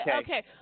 okay